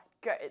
good